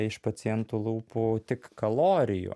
iš pacientų lūpų tik kalorijų